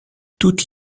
toutes